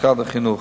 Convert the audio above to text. משרד החינוך.